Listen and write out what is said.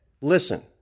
listen